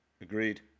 Agreed